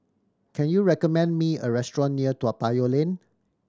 can you recommend me a restaurant near Toa Payoh Lane